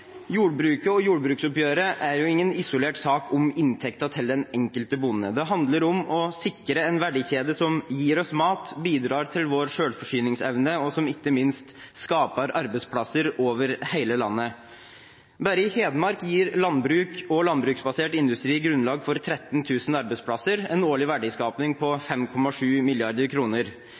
Jordbruket og jordbruksoppgjøret er jo ingen isolert sak om inntekten til den enkelte bonde. Det handler om å sikre en verdikjede som gir oss mat, bidrar til vår selvforsyningsevne, og som ikke minst skaper arbeidsplasser over hele landet. Bare i Hedmark gir landbruk og landbruksbasert industri grunnlag for 13 000 arbeidsplasser, en årlig verdiskaping på 5,7